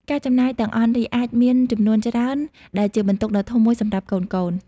ការចំណាយទាំងអស់នេះ អាចមានចំនួនច្រើនដែលជាបន្ទុកដ៏ធំមួយសម្រាប់កូនៗ។